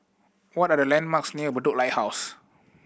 what are the landmarks near Bedok Lighthouse